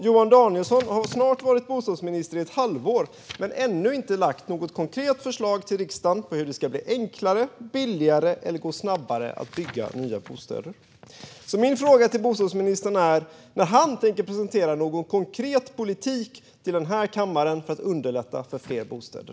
Johan Danielsson har snart varit bostadsminister i ett halvår men har ännu inte lagt något konkret förslag till riksdagen på hur det ska bli enklare eller billigare eller gå snabbare att bygga nya bostäder. Min fråga till bostadsministern är när han tänker presentera någon konkret politik till denna kammare för att underlätta för fler bostäder.